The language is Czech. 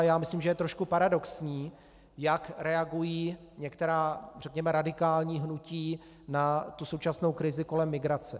Já myslím, že je trošku paradoxní, jak reagují některá radikální hnutí na současnou krizi kolem migrace.